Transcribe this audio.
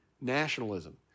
nationalism